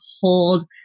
hold